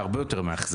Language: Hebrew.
מעבר